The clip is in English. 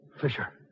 Fisher